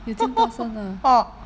有这样大声的